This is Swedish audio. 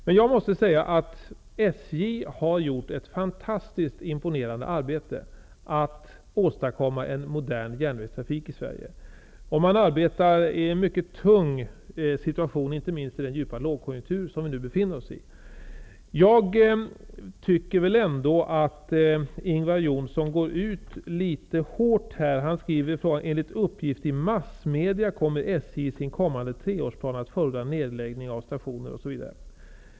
Men jag måste säga att SJ har gjort ett fantastiskt imponerande arbete när det gäller att åstadkomma en modern järnvägstrafik i Sverige. Man arbetar i en mycket tung situation, inte minst med tanke på den djupa lågkonjunktur som vi nu befinner oss i. Jag tycker nog att Ingvar Johnsson går ut litet väl hårt här. Han skriver i sin fråga: ''Enligt uppgift i massmedia kommer SJ i sin kommande treårsplan att förorda nedläggning av stationer ---.''